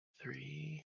three